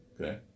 Okay